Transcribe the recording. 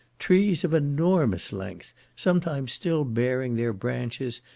trees of enormous length, sometimes still bearing their branches,